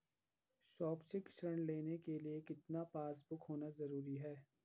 शैक्षिक ऋण लेने के लिए कितना पासबुक होना जरूरी है?